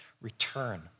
return